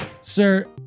Sir